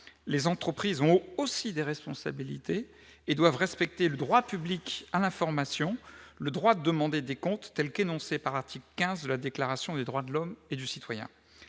Les entreprises ont aussi des responsabilités et doivent respecter le droit public à l'information, le droit de demander des comptes tel qu'énoncé par l'article XV de la Déclaration des droits de l'homme et du citoyen.